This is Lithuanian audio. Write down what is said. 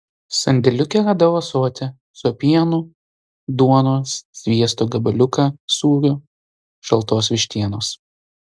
sandėliuke radau ąsotį su pienu duonos sviesto gabaliuką sūrio šaltos vištienos